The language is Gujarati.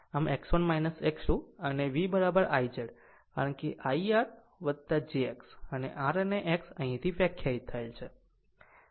આમ X1 X2 અને V I Z કે I R jX અને R અને X અહીંથી વ્યાખ્યાયિત થયેલ છે